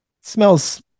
smells